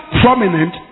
prominent